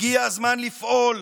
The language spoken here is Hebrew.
הגיע הזמן לפעול,